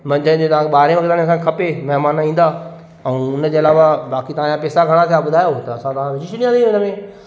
मंझंदि जे तव्हां खे ॿारहें वॻे ताईं असांखे खपे महिमान ईंदा ऐं उन जे अलावा बाक़ी तव्हां जा पेसा घणा थिया ॿुधायो त असां तव्हां खे विझी छॾींदासीं हुन में